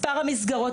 מספר המסגרות,